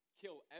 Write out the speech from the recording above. Kill